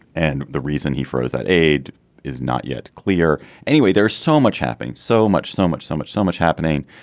and the reason he froze that aid is not yet clear anyway. there's so much happening so much so much so much so much happening